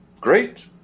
Great